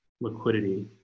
liquidity